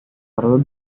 perlu